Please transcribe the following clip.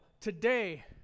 Today